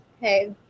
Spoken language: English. Hey